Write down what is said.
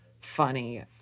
funny